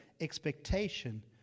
expectation